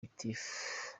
gitifu